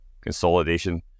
consolidation